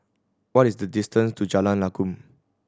what is the distance to Jalan Lakum